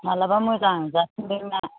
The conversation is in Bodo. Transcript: मालाबा मोजां जाफिनदो मा